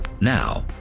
Now